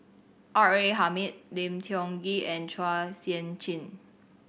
R A Hamid Lim Tiong Ghee and Chua Sian Chin